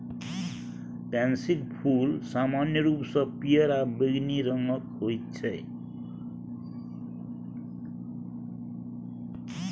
पैंसीक फूल समान्य रूपसँ पियर आ बैंगनी रंगक होइत छै